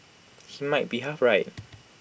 he might be half right